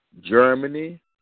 Germany